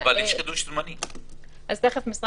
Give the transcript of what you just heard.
אמרתי שאנחנו נותנים להם תמיד חודש אז כל מי